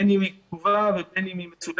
בין אם היא כתובה ובין אם היא מצולמת,